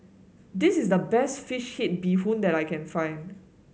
this is the best fish head Bee Hoon that I can find